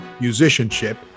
musicianship